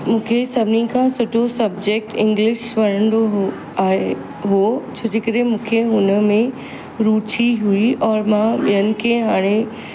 मूंखे सभिनी खां सुठो सब्जेक्ट इंग्लिश वणंदो हुओ आहे हुओ छोजे करे मुखे हुनमें रूचि हुई और मां ॿेअनि खे हाणे